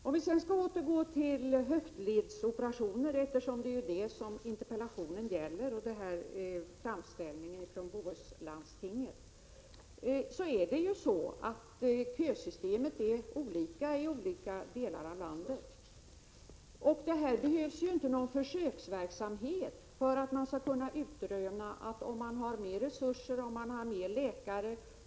För att sedan övergå till höftledsoperationer — det är ju det som interpellationen och framställningen från Bohuslandstinget gäller — vill jag säga att kösystemet är olika i olika delar av landet. Det behövs inte någon försöksverksamhet för att utröna att man kan beta av kön snabbare om man har mer resurser, om man har fler läkare.